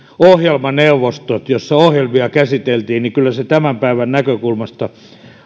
ohjelmaneuvostot joissa ohjelmia käsiteltiin kyllä tuollainen tämän päivän näkökulmasta